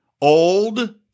old